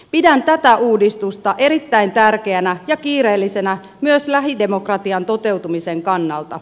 pidän tätä uudistusta erittäin tärkeänä ja kiireellisenä myös lähidemokratian toteutumisen kannalta